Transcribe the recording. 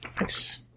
Nice